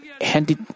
handed